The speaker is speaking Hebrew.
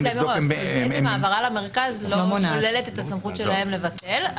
לבדוק --- עצם ההעברה למרכז לא שוללת את הסמכות שלהם לבטל,